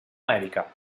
amèrica